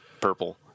Purple